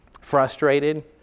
frustrated